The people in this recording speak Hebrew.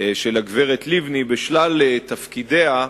של הגברת לבני בשלל תפקידיה,